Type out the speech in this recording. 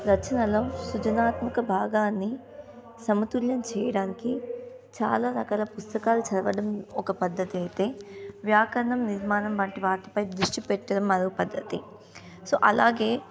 రచనలు సృజనాత్మక భాగాన్ని సమతుల్యం చేయడానికి చాలా రకాల పుస్తకాలు చదవడం ఒక పద్ధతయితే వ్యాకరణం నిర్మాణం వంటి వాటిపై దృష్టి పెట్టడం మరో పద్ధతి సో అలాగే